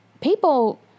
people